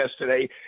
yesterday